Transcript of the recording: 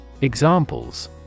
Examples